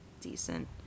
decent